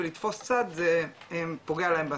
ולתפוס צד פוגע להם בעסקים.